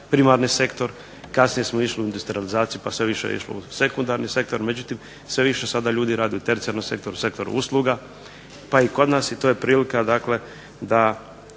primarni sektor, kasnije smo išli u industrijalizaciju pa sve je više išlo u sekundarni sektor. Međutim, sve više sada radi u tercijarnom sektoru, sektoru usluga, pa i kod nas. I to je prilika da i